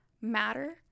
matter